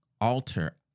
alter